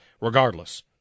regardless